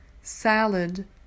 Salad